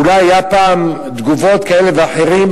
אולי היו פעם תגובות כאלה ואחרות,